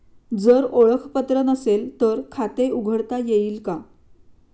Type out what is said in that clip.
जर ओळखपत्र नसेल तर खाते उघडता येईल का?